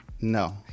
No